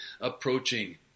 approaching